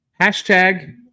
Hashtag